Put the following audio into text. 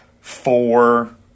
four